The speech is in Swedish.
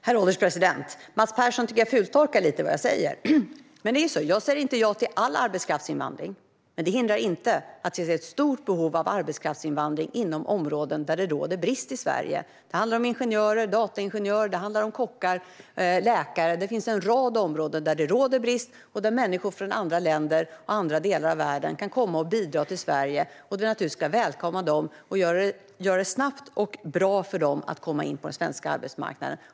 Herr ålderspresident! Jag tycker att Mats Persson fultolkar lite vad jag säger. Jag säger inte ja till all arbetskraftsinvandring. Men det hindrar inte att det finns ett stort behov av arbetskraftsinvandring inom områden där det råder brist i Sverige. Det kan gälla ingenjörer, dataingenjörer, kockar och läkare. Det finns en rad områden där det råder brist och där människor från andra länder och andra delar av världen kan komma till Sverige och bidra. Vi ska naturligtvis välkomna dem och göra det snabbt och bra för dem att komma in på den svenska arbetsmarknaden.